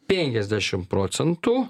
penkiasdešimt procentų